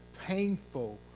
painful